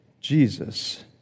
Jesus